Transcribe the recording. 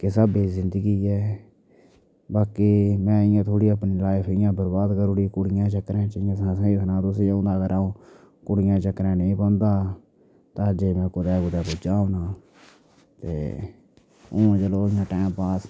किस स्हाबै दी जिंदगी ऐ बाकी में इ'यां थोह्ड़ी अपनी लाईफ इ'यां बर्बाद करी ओड़ी कुड़ियें दे चक्करें च इ'यां स्हेई सनांऽ तुसें ई हून अगर अ'ऊं कुडियें दे चक्करें च नेईं पौंदा तां अज्जै ई में कुतै कुतै पुज्जा दा होना हा ते हून चलो इ'यां टैम पास